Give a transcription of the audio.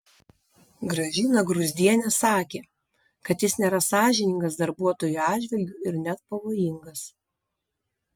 gražina gruzdienė sakė kad jis nėra sąžiningas darbuotojų atžvilgiu ir net pavojingas